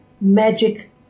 magic